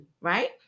Right